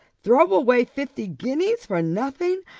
throw away fifty guineas for nothing!